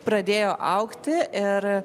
pradėjo augti ir